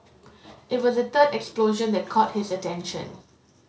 it was the third explosion that caught his attention